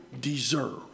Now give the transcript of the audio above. deserve